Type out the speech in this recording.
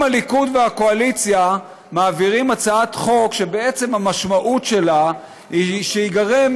אם הליכוד והקואליציה מעבירים הצעת חוק שהמשמעות שלה היא שייגרם